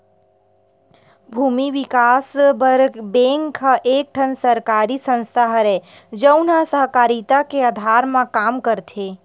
भूमि बिकास बर बेंक ह एक ठन सरकारी संस्था हरय, जउन ह सहकारिता के अधार म काम करथे